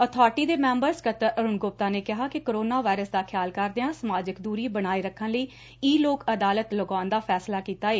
authority ਦੇ member ਸਕੱਤਰ ਅਰੁਣ ਗੁਪਤਾ ਨੇ ਕਿਹਾ ਕਿ ਕੋਰੋਨਾ ਵਾਇਰਸ ਦਾ ਖਿਆਲ ਕਰਦਿਆਂ ਸਮਾਜਿਕ ਦੁਰੀ ਬਣਾਏ ਰੱਖਣ ਲਈ ਈ ਲੋਕ ਅਦਾਲਤ ਲਗਾਉਣ ਦਾ ਫੈਸਲਾ ਕੀਤਾ ਏ